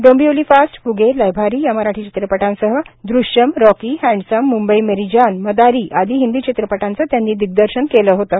Dombivli fast Fugay Lai Bhaari या मराठी चित्रपटांसह Drishyam Rocky Handsome Mumbai Meri Jaan Madaari आदी हिंदी चित्रपटांचं त्यांनी दिग्दर्शन केलं होतं